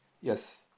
Yes